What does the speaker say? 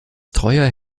treuer